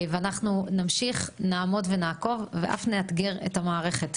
אנחנו נמשיך, נעמוד ונעקוב ואף נאתגר את המערכת.